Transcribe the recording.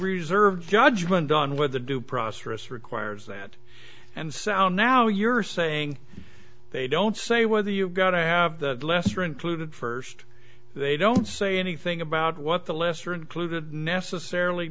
reserve judgment on what the due process requires that and sound now you're saying they don't say whether you've got to have the lesser included first they don't say anything about what the lesser included necessarily